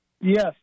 Yes